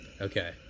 Okay